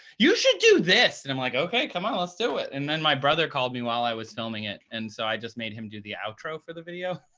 you should do this. and i'm like, ok, come on, let's do it. and then my brother called me while i was filming it. and so i just made him do the outro for the video.